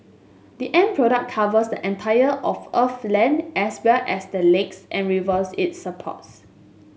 the end product covers the entire of Earth's land as well as the lakes and rivers it supports